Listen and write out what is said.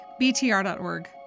BTR.org